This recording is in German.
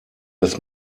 das